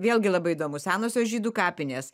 vėlgi labai įdomu senosios žydų kapinės